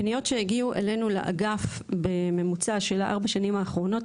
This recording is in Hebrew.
פניות שהגיעו אלינו לאגף בממוצע של ארבע שנים אחרונות,